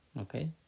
Okay